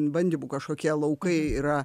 bandymų kažkokie laukai yra